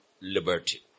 liberty